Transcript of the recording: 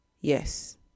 yes